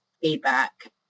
feedback